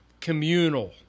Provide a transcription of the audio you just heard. communal